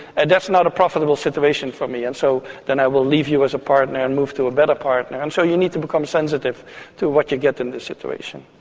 and that's not a profitable situation for me. and so then i will leave you as a partner and move to a better partner. and so you need to become sensitive to what you get in this situation.